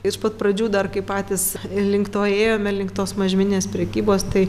iš pat pradžių dar kai patys link to ėjome link tos mažmeninės prekybos tai